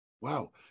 Wow